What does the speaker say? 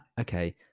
okay